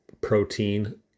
protein